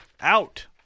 Out